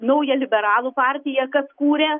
naują liberalų partiją kas kūrė